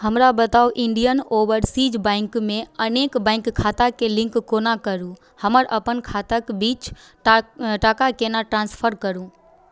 हमरा बताउ Indian Overseas बैँकमे अनेक बैँक खाताके लिङ्क कोना करू हमर अपन खाताके बीच टा टाका कोना ट्रान्सफर करू